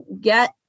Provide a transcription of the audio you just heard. get